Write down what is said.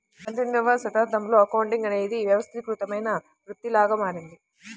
పంతొమ్మిదవ శతాబ్దంలో అకౌంటింగ్ అనేది వ్యవస్థీకృతమైన వృత్తిలాగా మారింది